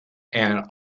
and